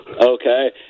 Okay